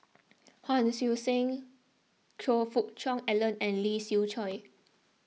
Hon Sui Sen Choe Fook Cheong Alan and Lee Siew Choh